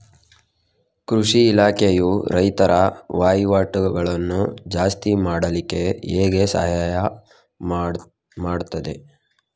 ಕೃಷಿ ಇಲಾಖೆಯು ರೈತರ ವಹಿವಾಟುಗಳನ್ನು ಜಾಸ್ತಿ ಮಾಡ್ಲಿಕ್ಕೆ ಹೇಗೆ ಸಹಾಯ ಮಾಡ್ತದೆ?